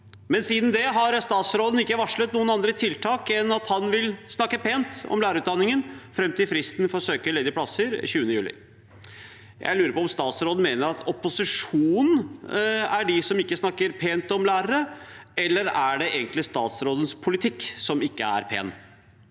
men siden det har ikke statsråden varslet noen andre tiltak enn at han vil snakke pent om lærerutdanningen fram til fristen for å søke ledige plasser 20. juli. Jeg lurer på om statsråden mener at opposisjonen er de som ikke snakker pent om lærere, eller om det egentlig er statsrådens politikk som ikke er pen.